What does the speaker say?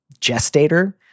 gestator